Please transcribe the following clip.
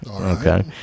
okay